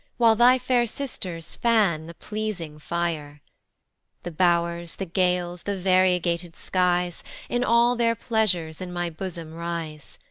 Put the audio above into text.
while thy fair sisters fan the pleasing fire the bow'rs, the gales, the variegated skies in all their pleasures in my bosom rise.